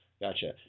Gotcha